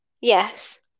Yes